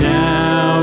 now